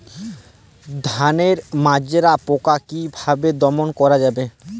ধানের মাজরা পোকা কি ভাবে দমন করা যাবে?